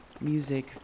music